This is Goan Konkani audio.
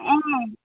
हय